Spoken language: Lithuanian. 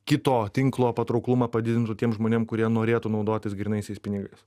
kito tinklo patrauklumą padidintų tiem žmonėm kurie norėtų naudotis grynaisiais pinigais